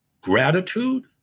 Gratitude